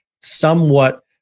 somewhat